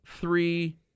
three